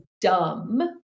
dumb